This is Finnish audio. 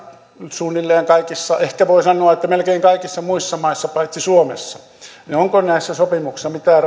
suunnilleen kaikissa maissa ehkä voi sanoa että melkein kaikissa muissa maissa paitsi suomessa niin onko näissä sopimuksissa mitään